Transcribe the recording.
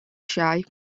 shape